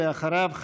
ואחריו,